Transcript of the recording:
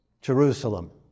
Jerusalem